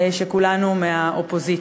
שכולנו מהאופוזיציה.